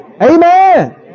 amen